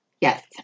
Yes